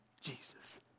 Jesus